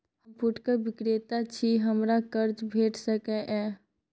हम फुटकर विक्रेता छी, हमरा कर्ज भेट सकै ये?